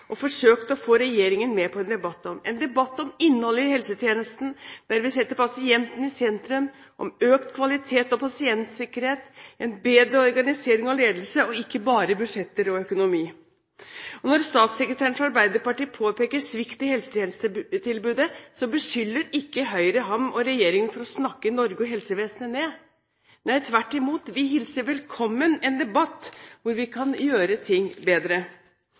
og forsøkt å få regjeringen med på en debatt om – om innholdet i en helsetjeneste der vi setter pasienten i sentrum, om økt kvalitet og pasientsikkerhet og en bedre organisering og ledelse, og ikke bare budsjetter og økonomi. Når statssekretæren fra Arbeiderpartiet påpeker svikt i helsetjenestetilbudet, beskylder ikke Høyre ham og regjeringen for å snakke Norge og helsevesenet ned. Nei, tvert imot, vi hilser velkommen en debatt om hvordan vi kan gjøre ting bedre.